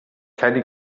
keine